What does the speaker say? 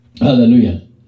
Hallelujah